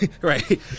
right